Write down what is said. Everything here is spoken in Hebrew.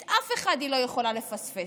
את אף אחד היא לא יכולה לפספס.